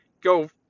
go